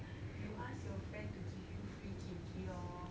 you ask your friend to give you free kimchi lor